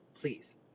please